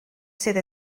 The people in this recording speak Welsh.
sydd